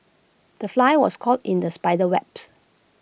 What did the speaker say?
the fly was caught in the spider's webs